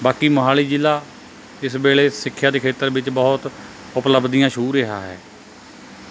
ਬਾਕੀ ਮੋਹਾਲੀ ਜ਼ਿਲ੍ਹਾ ਇਸ ਵੇਲੇ ਸਿੱਖਿਆ ਦੇ ਖੇਤਰ ਵਿੱਚ ਬਹੁਤ ਉਪਲੱਬਧੀਆਂ ਛੂਹ ਰਿਹਾ ਹੈ